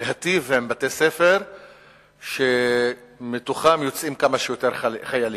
להיטיב עם בתי-ספר שמתוכם יוצאים כמה שיותר חיילים,